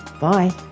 Bye